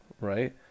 right